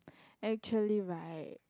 actually right